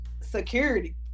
Security